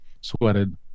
sweated